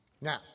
Now